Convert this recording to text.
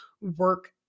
work